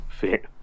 fit